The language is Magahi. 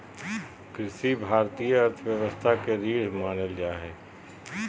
कृषि भारतीय अर्थव्यवस्था के रीढ़ मानल जा हइ